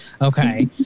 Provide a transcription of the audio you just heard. Okay